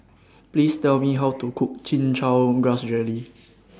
Please Tell Me How to Cook Chin Chow Grass Jelly